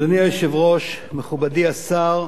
אדוני היושב-ראש, מכובדי השר,